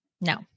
No